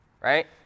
right